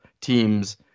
teams